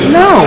no